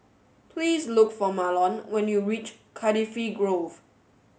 please look for Marlon when you reach Cardifi Grove